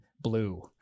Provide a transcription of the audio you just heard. Blue